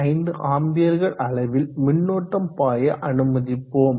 5 ஆம்பியர்கள் அளவில் மின்னோட்டம் பாய அனுமதிப்போம்